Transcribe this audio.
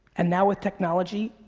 and now with technology,